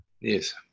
yes